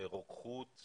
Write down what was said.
רוקחות,